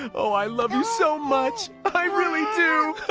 oh i love you so much! i really do